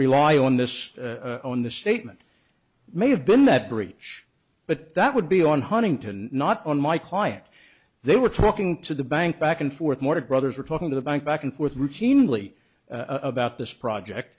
rely on this on the statement may have been that bridge but that would be on huntington and not on my client they were talking to the bank back and forth mortgage brothers were talking to the bank back and forth routinely about this project